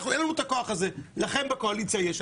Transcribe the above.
אין לנו הכול הזה לכם בקואליציה יש.